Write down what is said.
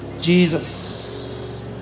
Jesus